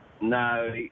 No